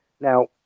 Now